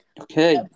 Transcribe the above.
Okay